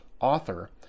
author